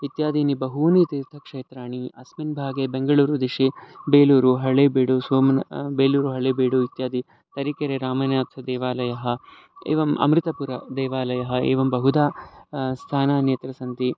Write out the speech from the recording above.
इत्यादीनि बहूनि तीर्थक्षेत्राणि अस्मिन् भागे बेङ्गलूरुदिशि बेलूरु हळेबीडु सोम्न् बेलूरु हळेबीडु इत्यादि तरिकेरे रामनाथदेवालयः एवम् अमृतपुरं देवालयः एवं बहुधा स्थानानि अत्र सन्ति